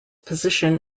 position